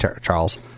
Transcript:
Charles